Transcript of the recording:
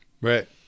Right